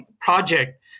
project